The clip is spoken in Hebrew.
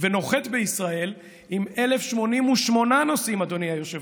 ונוחת בישראל עם 1,088 נוסעים, אדוני היושב-ראש,